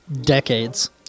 decades